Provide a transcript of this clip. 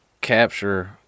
capture